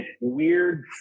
weird